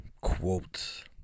quotes